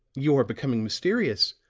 you are becoming mysterious.